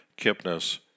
Kipnis